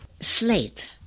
slate